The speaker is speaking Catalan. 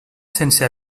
sense